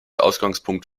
ausgangspunkt